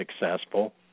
successful